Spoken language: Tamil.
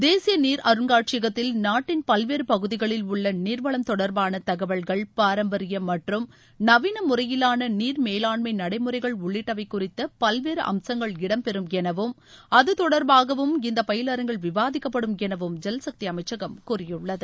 தேசிய நீர் அருங்காட்சியகத்தில் நாட்டின் பல்வேறு பகுதிகளில் உள்ள நீர்வளம் தொடர்பான தகவல்கள் பாரம்பரிய மற்றும் நவீன முறையிலான நீர் மேலாண்மை நடைமுறைகள் உள்ளிட்டவை குறித்த பல்வேறு அம்சங்கள் இடம்பெறும் எனவும் அது தொடர்பாகவும் இந்த பயிலரங்கில் விவாதிக்கப்படும் எனவும் ஜல்சக்தி அமைச்சகம் கூறியுள்ளது